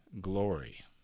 glory